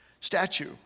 statue